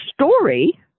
story